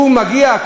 שמגיע,